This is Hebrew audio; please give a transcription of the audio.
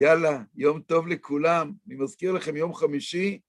יאללה, יום טוב לכולם. אני מזכיר לכם יום חמישי.